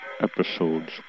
episodes